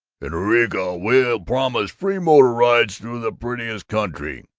in eureka we'll promise free motor rides through the prettiest country